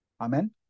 Amen